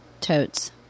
Totes